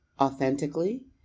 authentically